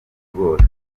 bose